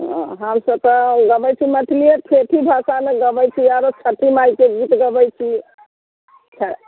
हमसभ तऽ गबैत छी मैथिलीये ठेठी भाषामे गबैत छी आओरो छठि माइके गीत गबैत छी